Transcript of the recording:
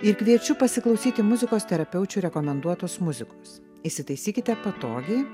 ir kviečiu pasiklausyti muzikos terapeučių rekomenduotos muzikos įsitaisykite patogiai